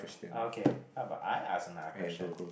okay how about I ask another question